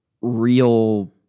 real